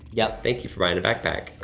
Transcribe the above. yup. thank you for buying a backpack.